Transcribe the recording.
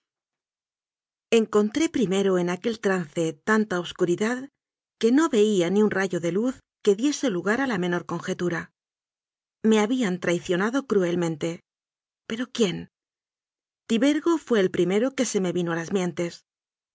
encontré primero en aquel trance tanta obscu ridad que no veía ni un rayo de luz que diese lu gar a la menor conjetura me habían traicionado cruelmente pero quién tibergo fué el primero que se me vino a las mientes